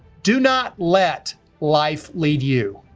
do not let life lead you!